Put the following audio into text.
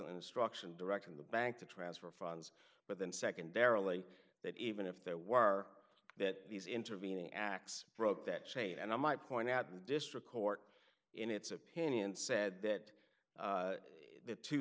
instruction direct from the bank to transfer funds but then secondarily that even if there were are that these intervening acts broke that chain and i might point out the district court in its opinion said that the two